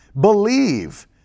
believe